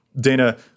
Dana